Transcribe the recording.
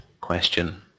question